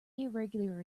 irregular